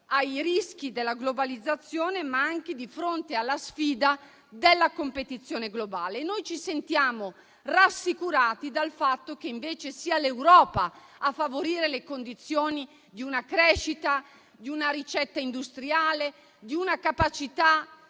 ai rischi della globalizzazione. E di fronte alla sfida della competizione globale noi ci sentiamo rassicurati dal fatto che, invece, sia l'Europa a favorire le condizioni di una crescita, di una ricetta industriale, di una capacità